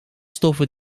stoffen